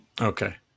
Okay